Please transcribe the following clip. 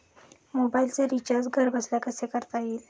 मोबाइलचे रिचार्ज घरबसल्या कसे करता येईल?